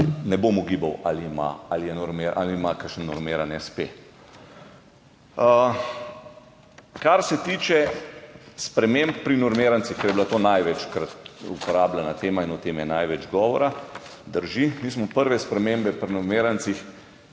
ne bom ugibal, ali ima kakšen normiran espe. Kar se tiče sprememb pri normirancih, pa je bila to največkrat uporabljena tema in o tem je največ govora. Drži, mi smo prve spremembe pri normirancih